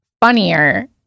funnier